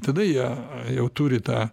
tada jie jau turi tą